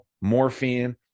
morphine